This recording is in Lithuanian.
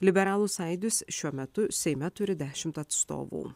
liberalų sąjūdis šiuo metu seime turi dešimt atstovų